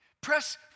Press